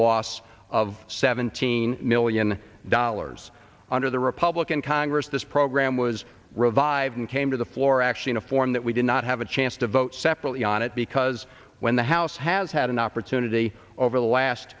loss of seventeen million dollars under the republican congress this program was revived and came to the floor actually in a form that we did not have a chance to vote separately on it because when the house has had an opportunity over the last